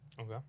Okay